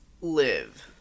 live